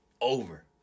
Over